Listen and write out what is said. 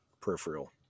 peripheral